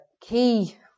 key